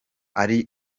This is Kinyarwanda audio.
ari